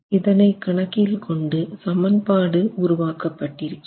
இதனை கணக்கில் கொண்டு சமன்பாடு உருவாக்க பட்டிருக்கிறது